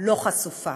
לא חשופה?